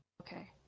Okay